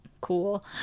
cool